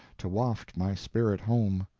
to waft my spirit home.